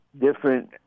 different